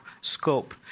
scope